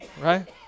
right